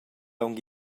aunc